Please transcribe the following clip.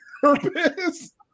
purpose